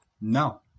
no